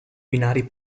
binari